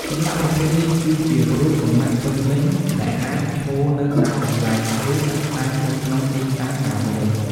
ចម្លាក់ប្រភេទនេះគឺជា រូបសំណាកពេញលេញ ដែលអាចឈរនៅដាច់ដោយឡែក ឬដាក់តាំងនៅក្នុងទីតាំងណាមួយ។